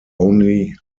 only